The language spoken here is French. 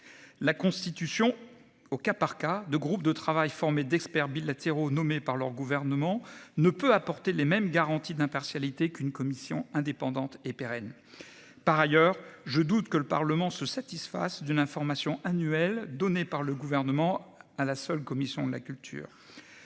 La constitution au cas par cas de groupes de travail formé d'experts bilatéraux nommés par leur gouvernement ne peut apporter les mêmes garanties d'impartialité qu'une commission indépendante et pérenne. Par ailleurs, je doute que le Parlement se satisfasse de l'information annuelle donnée par le gouvernement à la seule commission de la culture,